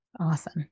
Awesome